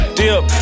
dip